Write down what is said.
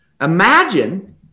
imagine